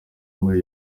muri